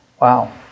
Wow